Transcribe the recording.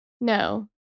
No